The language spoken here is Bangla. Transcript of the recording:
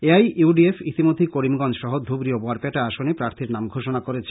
A I U D F ইতিমধ্যেই করিমগঞ্জ সহ ধুবরী ও বরপেটা আসনে প্রাথীর নাম ঘোষণা করেছে